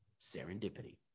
serendipity